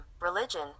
religion